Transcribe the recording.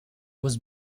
was